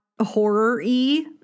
horror-y